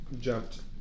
jumped